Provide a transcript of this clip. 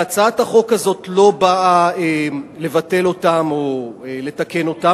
והצעת החוק הזאת לא באה לבטל אותם או לתקן אותם.